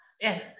yes